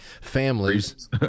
families